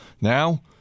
Now